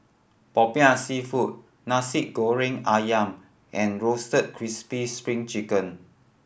Popiah Seafood Nasi Goreng Ayam and Roasted Crispy Spring Chicken